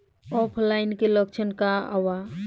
ऑफलाइनके लक्षण क वा?